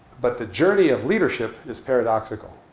but the journey of leadership is paradoxical.